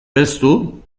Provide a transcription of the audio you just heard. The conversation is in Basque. belztu